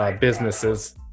businesses